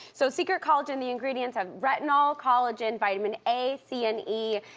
so secret collagen, the ingredients have retinol, collagen, vitamin a, cne,